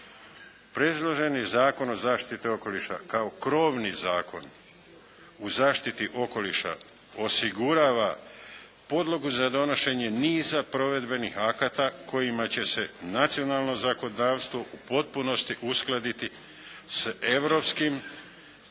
Predloženi Zakon o zaštiti okoliša kao krovni zakon u zaštiti okoliša osigurava podlogu za donošenje niza provedbenih akata kojima će se nacionalno zakonodavstvo u potpunosti uskladiti s europskim